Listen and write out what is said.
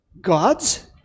gods